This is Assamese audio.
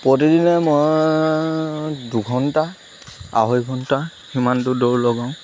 প্ৰতিদিনে মই দুঘণ্টা আঢ়ৈ ঘণ্টা সিমানটো দৌৰ লগাওঁ